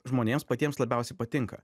žmonėms patiems labiausiai patinka